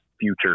future